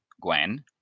Gwen